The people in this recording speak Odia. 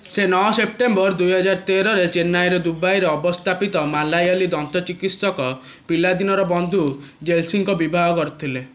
ସେ ନଅ ସେପ୍ଟେମ୍ବର ଦୁଇହଜାର ତେରରେ ଚେନ୍ନାଇରେ ଦୁବାଇରେ ଅବସ୍ଥାପିତ ମାଲାୟାଲି ଦନ୍ତ ଚିକିତ୍ସକ ପିଲାଦିନର ବନ୍ଧୁ ଜେଶଲିଙ୍କୁ ବିବାହ କରିଥିଲେ